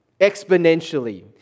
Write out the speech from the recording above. exponentially